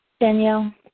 Danielle